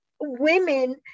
women